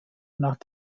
nach